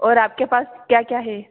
और आपके पास क्या क्या है